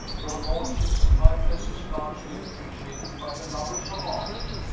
your lordship's kindness is largely appreciated by the lovers of art.